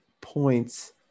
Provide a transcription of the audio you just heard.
points